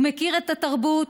הוא מכיר את התרבות,